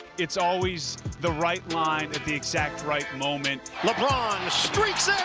it's always the right line at the exact right moment. lebron streaks ah